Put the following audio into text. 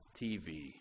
TV